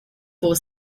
four